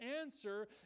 answer